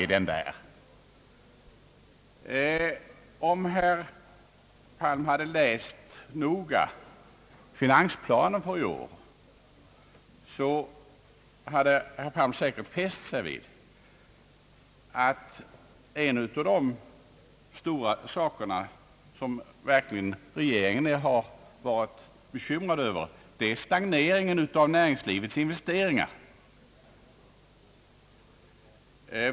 Om herr Palm noggrant hade läst igenom finansplanen för i år hade han sä kert fäst sig vid att en av de stora saker, som regeringen verkligen har bekymrat sig över, är stagnationen av näringslivets investeringar.